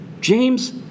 James